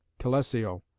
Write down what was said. telesio,